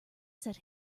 set